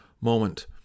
moment